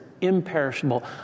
imperishable